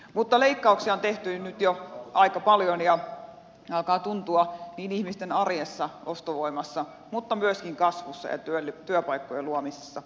mutta leikkauksia on tehty nyt jo aika paljon ja ne alkavat tuntua niin ihmisten arjessa ostovoimassa kuin myöskin kasvussa ja työpaikkojen luomisessa